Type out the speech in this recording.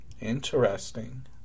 Interesting